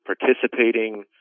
participating